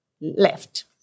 left